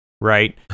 right